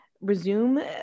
resume